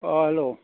hello